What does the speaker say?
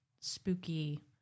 spooky